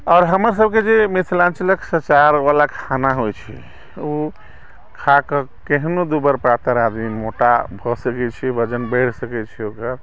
आओर हमरसभके जे मिथिलाञ्चलक सचारवला खाना होइ छै ओ खा कऽ केहनो दूबर पातर आदमी मोटा भऽ सकै छै वजन बढ़ि सकै छै ओकरा